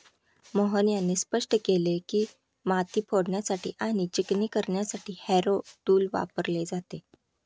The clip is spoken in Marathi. मोहन यांनी स्पष्ट केले की, माती फोडण्यासाठी आणि चिकणी करण्यासाठी हॅरो टूल वापरले जाते